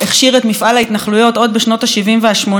את מפעל ההתנחלויות עוד בשנות ה-70 וה-80,